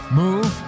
move